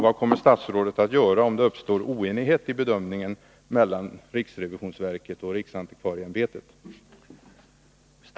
Vad kommer statsrådet att göra om det uppstår oenighet i bedömningen mellan riksrevisionsverket och riksantikvarieämbetet?